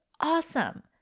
awesome